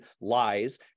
lies